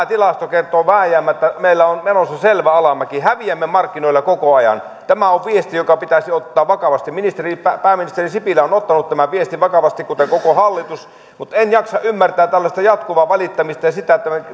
tilasto kertoo vääjäämättä että meillä on menossa selvä alamäki häviämme markkinoilla koko ajan tämä on viesti joka pitäisi ottaa vakavasti pääministeri sipilä on ottanut tämän viestin vakavasti kuten koko hallitus mutta en jaksa ymmärtää tällaista jatkuvaa valittamista ja sitä että me